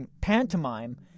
pantomime